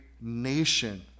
nation